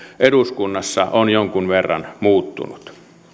eduskunnassa on jonkun verran muuttunut